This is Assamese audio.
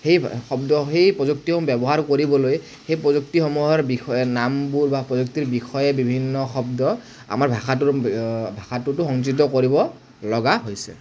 সেই শব্দ সেই প্ৰযুক্তিসমূহ ব্য়ৱহাৰ কৰিবলৈ সেই প্ৰযুক্তিসমূহৰ বিষয়ে নামবোৰ বা প্ৰযুক্তিৰ বিষয়ে বিভিন্ন শব্দ আমাৰ ভাষাটোৰ আমাৰ ভাষাটোতো সংযুত কৰিব লগা হৈছে